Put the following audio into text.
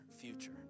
future